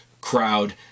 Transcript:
crowd